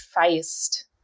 faced